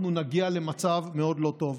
אנחנו נגיע למצב מאוד לא טוב.